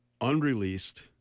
unreleased